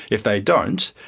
if they don't,